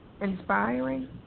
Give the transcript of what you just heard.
inspiring